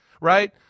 right